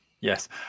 Yes